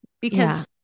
Because-